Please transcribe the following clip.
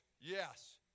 yes